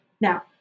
Now